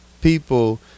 people